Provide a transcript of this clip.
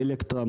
אלקטרה,